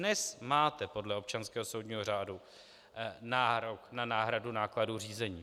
Dnes máte podle občanského soudního řádu nárok na náhradu nákladů řízení.